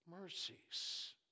mercies